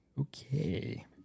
Okay